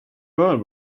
girl